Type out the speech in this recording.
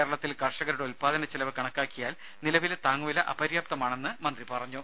കേരളത്തിൽ കർഷകരുടെ ഉൽപാദനച്ചെലവ് കണക്കാക്കിയാൽ നിലവിലെ താങ്ങുവില അപര്യാപ്തമാണെന്ന് മന്ത്രി പറഞ്ഞു